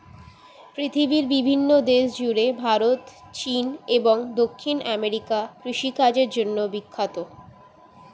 পৃথিবীর বিভিন্ন দেশ জুড়ে ভারত, চীন এবং দক্ষিণ আমেরিকা কৃষিকাজের জন্যে বিখ্যাত